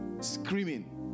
screaming